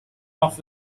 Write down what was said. off